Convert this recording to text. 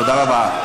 תודה רבה.